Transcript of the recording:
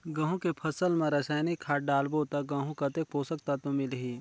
गंहू के फसल मा रसायनिक खाद डालबो ता गंहू कतेक पोषक तत्व मिलही?